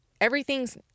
everything's